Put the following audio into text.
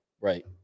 Right